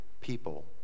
people